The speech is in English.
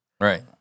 Right